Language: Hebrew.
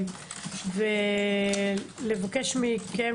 ולבקש מכם,